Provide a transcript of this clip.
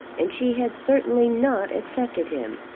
and she had certainly not accepted him.